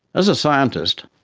as a scientist,